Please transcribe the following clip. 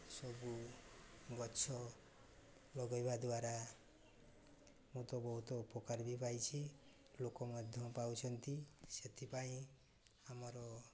ସବୁ ଗଛ ଲଗାଇବା ଦ୍ୱାରା ମୁଁ ତ ବହୁତ ଉପକାର ବି ପାଇଛି ଲୋକ ମଧ୍ୟ ପାଉଛନ୍ତି ସେଥିପାଇଁ ଆମର